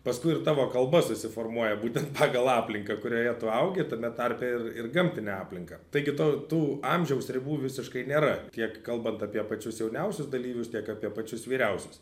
paskui ir tavo kalba susiformuoja būtent pagal aplinką kurioje tu augi tame tarpe ir ir gamtinę aplinką taigi to tų amžiaus ribų visiškai nėra tiek kalbant apie pačius jauniausius dalyvius tiek apie pačius vyriausius